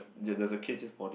there's there's a kid this morning